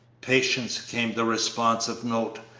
patience! came the responsive note,